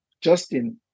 Justin